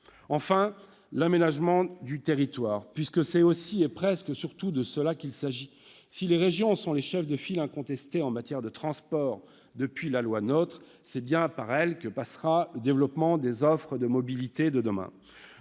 aussi l'aménagement du territoire, puisque c'est aussi et presque surtout de cela qu'il s'agit. Si les régions sont les chefs de file incontestés en matière de transport depuis la loi NOTRe, c'est bien par elles que passera le développement des offres de mobilités de demain.